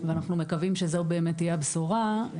ואנחנו מקווים שזאת תהיה הבשורה.